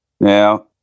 Now